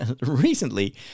Recently